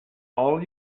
all